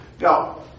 Now